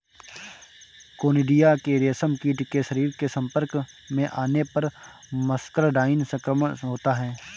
conidia के रेशमकीट के शरीर के संपर्क में आने पर मस्करडाइन संक्रमण होता है